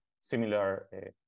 similar